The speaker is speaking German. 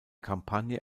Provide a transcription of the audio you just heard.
kampagne